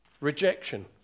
rejection